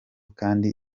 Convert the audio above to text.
kandi